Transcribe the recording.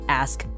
ask